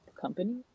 company